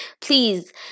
please